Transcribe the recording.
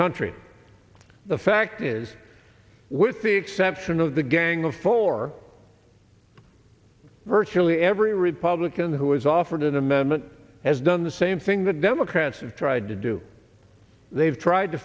country the fact is with the exception of the gang of four virtually every republican who is offered an amendment has done the same thing the democrats have tried to do they've tried to